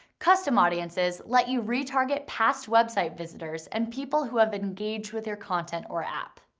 custom audiences let you retarget past website visitors and people who have engaged with your content or app.